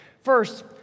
First